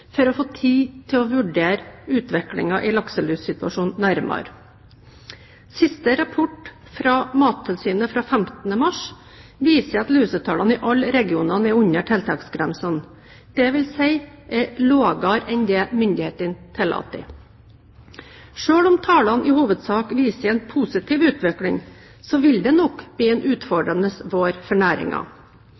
for å få tid til å vurdere utviklingen i lakselussituasjonen nærmere. Siste rapport fra Mattilsynet fra 15. mars viser at lusetallene i alle regionene er under tiltaksgrensene, dvs. er lavere enn det myndighetene tillater som maksimum. Selv om tallene i hovedsak viser en positiv utvikling, vil det nok bli en utfordrende vår for